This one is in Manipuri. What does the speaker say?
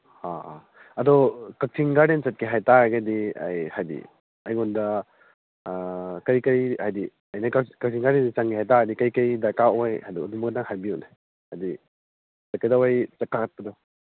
ꯑꯥ ꯑꯥ ꯑꯗꯨ ꯀꯛꯆꯤꯡ ꯒꯥꯔꯗꯦꯟ ꯆꯠꯀꯦ ꯍꯥꯏ ꯇꯥꯔꯒꯗꯤ ꯑꯩ ꯍꯥꯏꯗꯤ ꯑꯩꯉꯣꯟꯗ ꯀꯔꯤ ꯀꯔꯤ ꯍꯥꯏꯗꯤ ꯑꯩ ꯀꯛꯆꯤꯡ ꯒꯥꯔꯗꯦꯟꯗ ꯆꯪꯒꯦ ꯍꯥꯏ ꯇꯥꯔꯒꯗꯤ ꯀꯩ ꯀꯩ ꯗꯔꯀꯥꯔ ꯑꯣꯏ ꯑꯗꯨ ꯑꯗꯨꯃꯒ ꯍꯥꯏꯕꯤꯌꯨꯅꯦ ꯍꯥꯏꯗꯤ